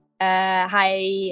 hi